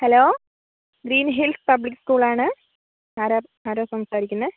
hello green hill public school ആണ് ആരാണ് ആരാണ് സംസാരിക്കുന്നത്